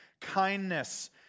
kindness